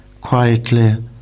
Quietly